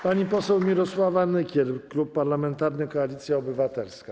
Pani poseł Mirosława Nykiel, Klub Parlamentarny Koalicja Obywatelska.